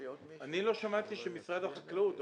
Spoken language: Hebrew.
אני לא שמעתי שמשרד החקלאות אומר.